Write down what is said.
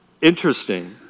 interesting